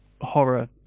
horror